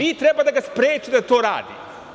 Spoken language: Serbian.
Vi treba da ga sprečite da to radi.